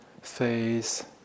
face